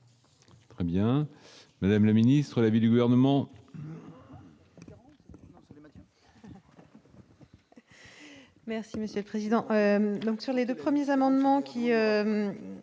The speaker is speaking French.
Très bien, Madame la Ministre, l'avis du gouvernement.